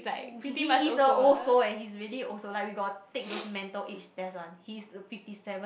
he is a old soul eh he is really old soul like we got take those mental age test [one] he is fifty seven